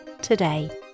today